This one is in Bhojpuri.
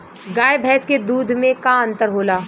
गाय भैंस के दूध में का अन्तर होला?